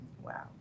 Wow